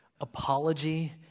apology